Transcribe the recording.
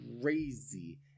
crazy